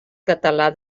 català